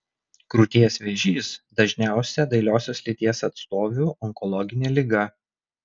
krūties vėžys dažniausia dailiosios lyties atstovių onkologinė liga